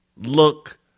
look